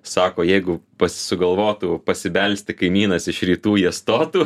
sako jeigu sugalvotų pasibelsti kaimynas iš rytų jie stotų